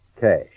Cash